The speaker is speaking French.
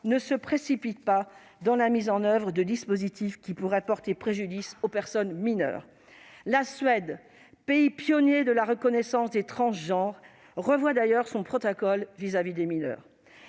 ne se précipite pas dans la mise en oeuvre de dispositifs qui pourraient porter préjudice aux personnes mineures. La Suède, pays pionnier de la reconnaissance des transgenres, revoit d'ailleurs son protocole vis-à-vis des mineurs.